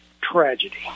tragedy